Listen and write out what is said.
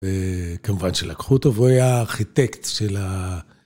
וכמובן שלקחו אותו והוא היה הארכיטקט של ה...